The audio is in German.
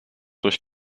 durch